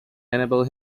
enabled